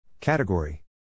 Category